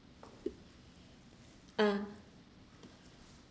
uh